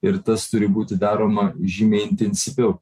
ir tas turi būti daroma žymiai intensyviau